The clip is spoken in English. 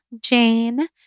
Jane